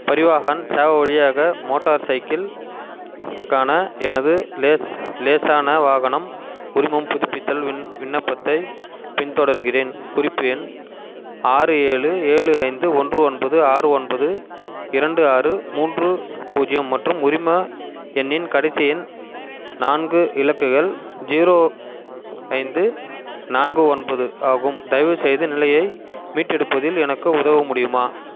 பரிவாஹன் சேவா வழியாக மோட்டார் சைக்கிள்கான எனது லேஸ் லேசான வாகனம் உரிமம் புதுப்பித்தல் விண் விண்ணப்பத்தை பின் தொடர்கிறேன் குறிப்பு எண் ஆறு ஏழு ஏழு ஐந்து ஒன்று ஒன்பது ஆறு ஒன்பது இரண்டு ஆறு மூன்று பூஜ்யம் மற்றும் உரிம எண்ணின் கடைசி எண் நான்கு இலக்குகள் ஜீரோ ஐந்து நான்கு ஒன்பது ஆகும் தயவுசெய்து நிலையை மீட்டெடுப்பதில் எனக்கு உதவ முடியுமா